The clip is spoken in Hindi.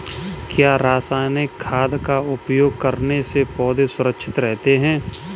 क्या रसायनिक खाद का उपयोग करने से पौधे सुरक्षित रहते हैं?